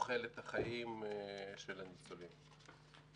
לתוחלת החיים של הניצולים.